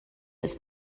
ist